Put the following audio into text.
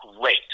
great